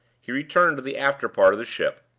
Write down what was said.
he returned to the after-part of the ship,